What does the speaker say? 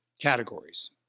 categories